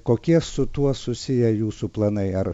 kokie su tuo susiję jūsų planai ar